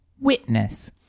Witness